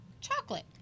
chocolate